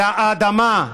אלא האדמה,